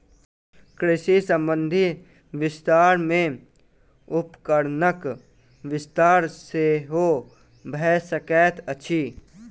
कृषि संबंधी विस्तार मे उपकरणक विस्तार सेहो भ सकैत अछि